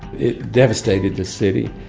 it devastated the city.